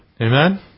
amen